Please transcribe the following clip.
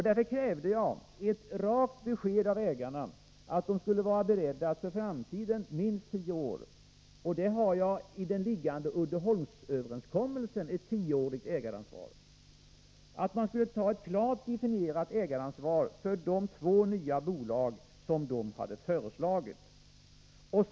Därför krävde jag ett rakt besked av ägarna, att de skulle vara beredda att för framtiden — minst tio år — ta ett klart definierat ägaransvar för de två nya bolag som de hade föreslagit. I den liggande Nyby Uddeholms-överenskommelsen ingår ett tioårigt ägaransvar.